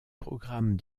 programme